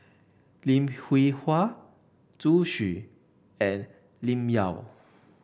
Lim Hwee Hua Zhu Xu and Lim Yau